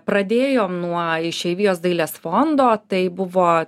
pradėjom nuo išeivijos dailės fondo tai buvo